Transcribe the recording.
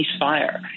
ceasefire